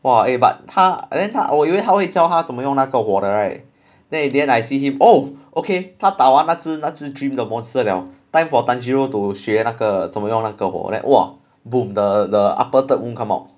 !wah! eh but 他 then 他我以为他会教他怎么用那个火的 right then in the end I see him oh okay 他打完那只那只 dream 的 monster 了 time for tanjiro to 学那个怎么用那个火 then !wah! boom the the upper third moon